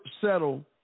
settle